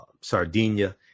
Sardinia